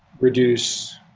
reduce,